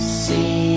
see